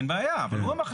אין בעיה, אבל הוא המחליט.